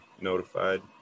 notified